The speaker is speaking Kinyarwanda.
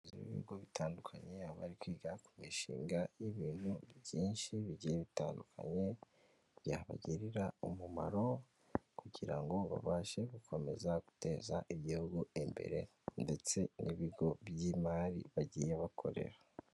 Guhura kw'ibihugu bitandukanye, bari kwiga ku mishinga y'ibintu byinshi bitandukanye byabagirira umumaro, kugira ngo babashe gukomeza guteza igihugu imbere ndetse n'ibigo by'imari bagiye bakorera.